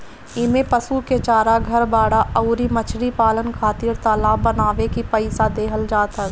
इमें पशु के चारा, घर, बाड़ा अउरी मछरी पालन खातिर तालाब बानवे के पईसा देहल जात हवे